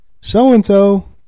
So-and-so